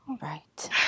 right